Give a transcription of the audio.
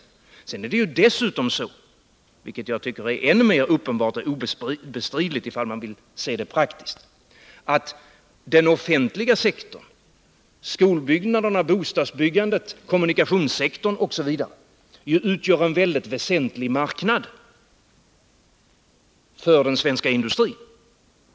Dessutom är det så — vilket jag tycker är ännu mer uppenbart och obestridligt ifall man vill se det hela praktiskt — att den offentliga sektorn, byggandet av skolor och bostäder, kommunikationssektorn osv., utgör en mycket väsentlig marknad för den svenska industrin.